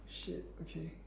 shit okay